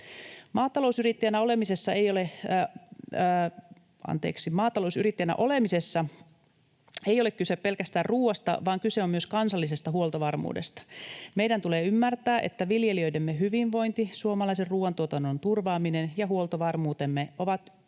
Maatalousyrittäjänä olemisessa ei ole kyse pelkästään ruoasta, vaan kyse on myös kansallisesta huoltovarmuudesta. Meidän tulee ymmärtää, että viljelijöidemme hyvinvointi, suomalaisen ruoantuotannon turvaaminen ja huoltovarmuutemme ovat kytköksissä